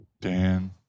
Dan